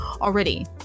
already